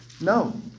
No